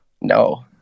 no